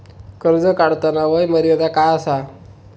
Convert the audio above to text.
कर्ज काढताना वय मर्यादा काय आसा?